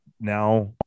now